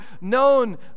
known